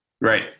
Right